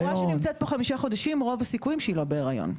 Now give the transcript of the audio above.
בחורה שנמצאת פה חמישה חודשים רוב הסיכויים שהיא לא בהריון,